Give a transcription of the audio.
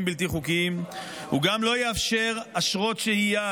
בלתי חוקיים וגם לא יאפשר אשרות שהייה,